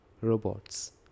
robots